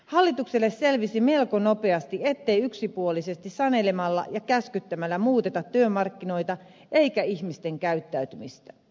hallitukselle selvisi melko nopeasti ettei yksipuolisesti sanelemella ja käskyttämällä muuteta työmarkkinoita eikä ihmisten käyttäytymistä